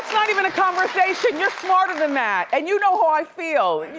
not even a conversation, you're smarter than that and you know how i feel.